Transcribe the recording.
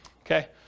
Okay